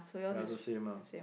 ya so same ah